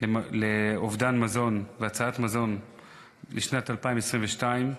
לאובדן מזון והצלת מזון לשנת 2022,